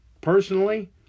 personally